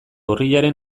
urriaren